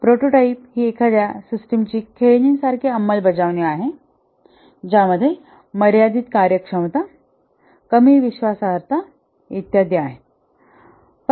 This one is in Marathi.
प्रोटोटाइप ही एखाद्या सिस्टमची खेळणी सारखी अंमलबजावणी आहे ज्यामध्ये मर्यादित कार्यक्षमता कमी विश्वासार्हता इत्यादी आहेत